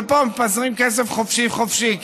ופה מפזרים כסף חופשי חופשי,